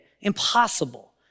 Impossible